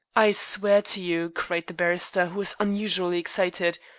i swear to you, cried the barrister, who was unusually excited,